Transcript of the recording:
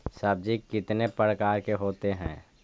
सब्जी कितने प्रकार के होते है?